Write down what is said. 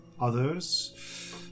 others